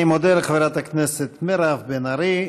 אני מודה לחברת הכנסת מירב בן ארי.